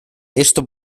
esto